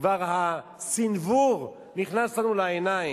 כבר הסנוור נכנס לנו לעיניים.